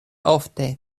ofte